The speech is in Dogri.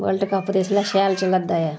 बल्ड कप ते इसलै शैल चला दा ऐ